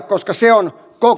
koska se on